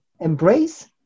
embrace